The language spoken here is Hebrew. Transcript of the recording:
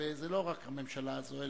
וזאת לא רק הממשלה הזאת,